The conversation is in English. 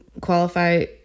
qualify